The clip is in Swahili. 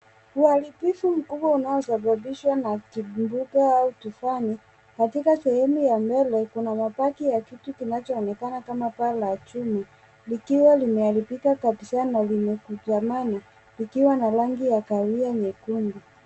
Uharibifu mkubwa unaosababishwa na kivuruto au kifani katika sehemu ya mbele kuna mabaki ya kitu kinachoonekana kama paa la chuma likiwa limearipika kabisa na lenye kitu ya maani likiwa na rangi ya kahawia nyekundu.